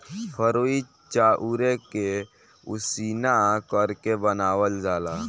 फरुई चाउरे के उसिना करके बनावल जाला